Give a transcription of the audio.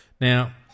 Now